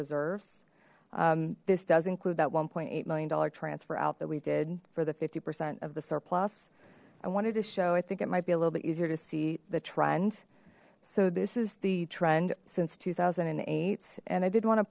reserves this does include that one point eight million dollar transfer out that we did for the fifty percent of the surplus i wanted to show i think it might be a little bit easier to see the trend so this is the trend since two thousand and eight and i did want to